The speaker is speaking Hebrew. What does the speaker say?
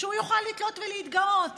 שהוא יוכל לתלות ולהתגאות,